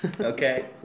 Okay